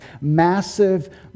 massive